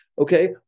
okay